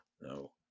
no